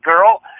Girl